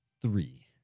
three